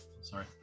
Sorry